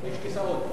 יש כיסאות.